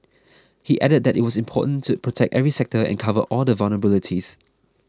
he added that it was important to protect every sector and cover all the vulnerabilities